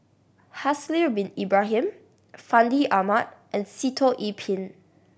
Haslir Bin Ibrahim Fandi Ahmad and Sitoh Yih Pin